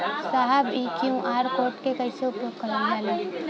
साहब इ QR code के कइसे उपयोग करल जाला?